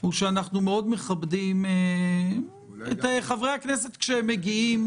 הוא שאנחנו מכבדים מאוד את חברי הכנסת כשהם מגיעים.